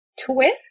twist